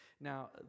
Now